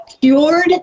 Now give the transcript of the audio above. cured